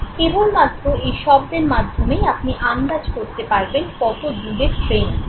কেবলমাত্র এই শব্দের মাধ্যমেই আপনি আন্দাজ করতে পারবেন কত দূরে ট্রেন আছে